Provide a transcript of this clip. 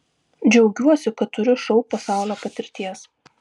džiaugiuosi kad turiu šou pasaulio patirties